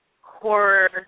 horror